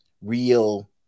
real